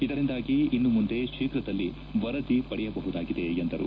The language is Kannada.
ಇದರಿಂದಾಗಿ ಇನ್ನು ಮುಂದೆ ಶೀಘ್ರದಲ್ಲಿ ವರದಿ ಪಡೆಯಬಹುದಾಗಿದೆ ಎಂದರು